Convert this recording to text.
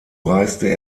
reiste